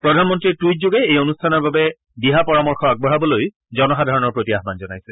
প্ৰধানমন্ত্ৰীয়ে টুইটযোগে এই অনুষ্ঠানৰ বাবে দিহা পৰামৰ্শ আগবঢ়াবলৈ জনসাধাৰণৰ প্ৰতি আহ্বান জনাইছে